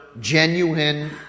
genuine